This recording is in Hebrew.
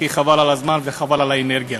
כי חבל על הזמן וחבל על האנרגיה.